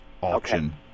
auction